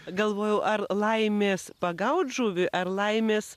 galvojau ar laimės pagauti žuvį ar laimės